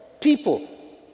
people